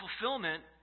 fulfillment